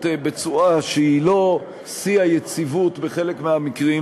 בצורה שהיא לא שיא היציבות בחלק מהמקרים.